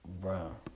bro